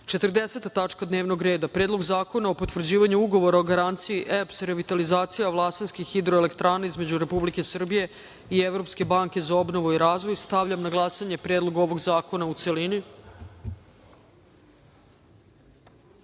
tačka dnevnog reda - Predlog zakona o potvrđivanju Ugovora o garanciji EPS Revitalizacija Vlasinskih HE između Republike Srbije i Evropske banke za obnovu i razvoj. Stavljam na glasanje Predlog zakona, u